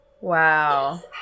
wow